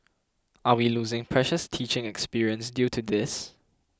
are we losing precious teaching experience due to this